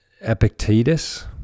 Epictetus